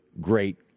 great